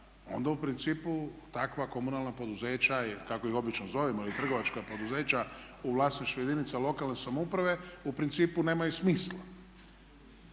onda u principu takva komunalna poduzeća ili kako ih obično zovemo ili trgovačka poduzeća u vlasništvu jedinica lokalne samouprave u principu nemaju smisla.